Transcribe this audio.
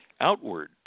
outward